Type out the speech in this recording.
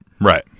Right